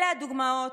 אלה הדוגמאות,